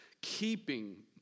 keeping